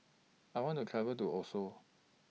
I want to travel to Oslo